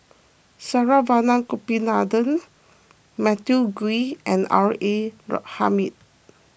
Saravanan Gopinathan Matthew Ngui and R A Hamid